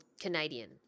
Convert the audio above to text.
Canadian